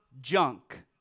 junk